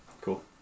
Cool